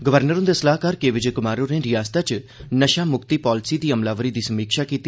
governor हन्दे सलाहकार के विजय कुमार होरें रयासतै च नशामुक्ती पालसी दी अमलावरी दी समीक्षा कीती